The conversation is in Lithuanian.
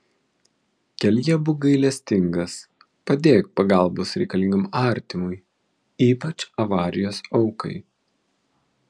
kelyje būk gailestingas padėk pagalbos reikalingam artimui ypač avarijos aukai